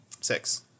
Six